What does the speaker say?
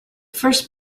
first